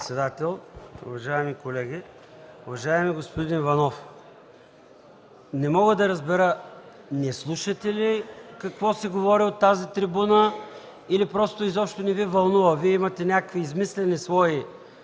председател. Уважаеми колеги! Уважаеми господин Иванов, не мога да разбера не слушате ли какво се говори от тази трибуна или просто изобщо не Ви вълнува. Вие имате някакво измислено свое